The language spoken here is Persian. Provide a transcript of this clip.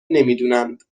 نمیدونند